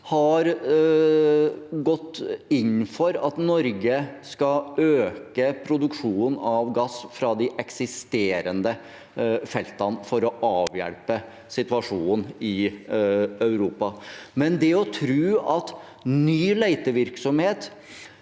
har gått inn for at Norge skal øke produksjonen av gass fra de eksisterende feltene for å avhjelpe situasjonen i Europa. Det å tro at ny letevirksomhet